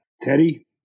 Teddy